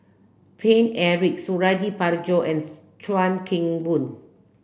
Paine Eric Suradi Parjo and Chuan Keng Boon